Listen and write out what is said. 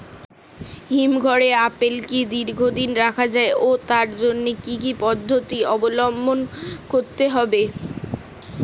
হিমঘরে আপেল কি দীর্ঘদিন রাখা যায় ও তার জন্য কি কি পদ্ধতি অবলম্বন করতে হবে?